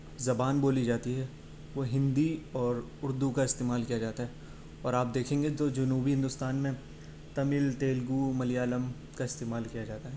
زبان بولی جاتی ہے وہ ہندی اور اردو کا استعمال کیا جاتا ہے اور آپ دیکھیں گے تو جنوبی ہندوستان میں تمل تیلگو ملیالم کا استعمال کیا جاتا ہے